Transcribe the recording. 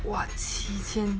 what 七千